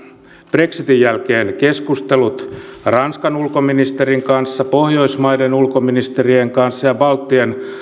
brexitin jälkeen keskustelut ranskan ulkoministerin kanssa pohjoismaiden ulkoministerien kanssa ja baltian